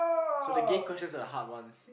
so the gay questions are the hard ones